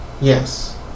Yes